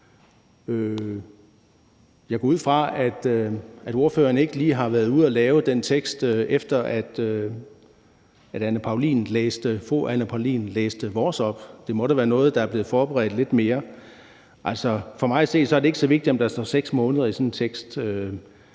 Jeg går ud fra, at spørgeren ikke lige har været ude og lave den tekst, efter at fru Anne Paulin læste vores op. Det må da være noget, der er blevet forberedt lidt mere. Altså, for mig at se er det ikke så vigtigt, om der står 6 måneder i sådan en tekst,